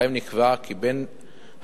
שבהם נקבע כי בן-הזוג